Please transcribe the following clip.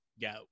Go